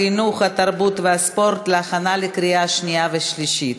התרבות והספורט להכנה לקריאה שנייה ושלישית.